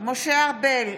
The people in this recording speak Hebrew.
משה ארבל,